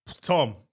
Tom